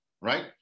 right